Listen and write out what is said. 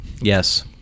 Yes